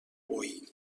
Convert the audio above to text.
boí